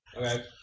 Okay